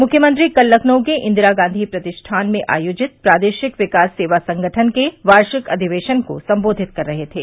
मुख्यमंत्री कल लखनऊ के इन्दिरा गांधी प्रतिष्ठान में आयोजित प्रादेशिक विकास सेवा संगठन के वार्षिक अधिवेशन को सम्बोधित कर रहे थे